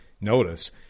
notice